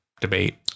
debate